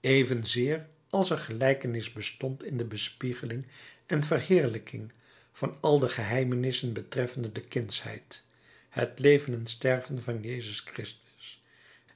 evenzeer als er gelijkenis bestond in de bespiegeling en verheerlijking van al de geheimnissen betreffende de kindsheid het leven en sterven van jezus christus